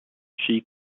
she